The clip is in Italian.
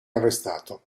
arrestato